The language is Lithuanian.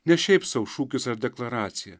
ne šiaip sau šūkis ar deklaracija